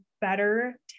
better